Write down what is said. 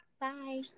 Bye